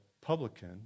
publican